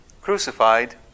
crucified